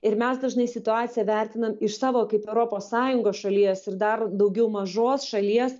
ir mes dažnai situaciją vertinam iš savo kaip europos sąjungos šalies ir dar daugiau mažos šalies